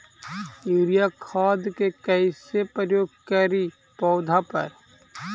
Urea खाद के कैसे प्रयोग करि पौधा पर?